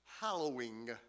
Hallowing